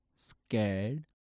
scared